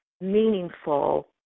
meaningful